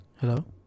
Hello